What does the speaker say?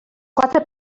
quatre